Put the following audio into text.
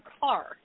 car